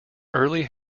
early